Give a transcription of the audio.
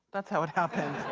that's how it happened.